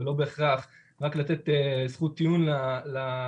ולא בהכרח רק לתת זכות טיעון למתלוננת.